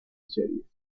series